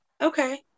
okay